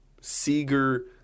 Seeger